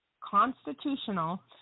constitutional